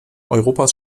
europas